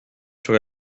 sur